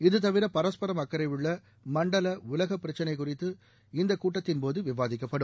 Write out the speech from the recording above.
இது தவிர பரஸ்பரம் அக்கறையுள்ள மண்டல உலக பிரச்சனை குறித்து இந்த கூட்டத்தின் போது விவாதிக்கப்படும்